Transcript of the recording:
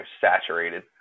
saturated